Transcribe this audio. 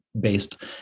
based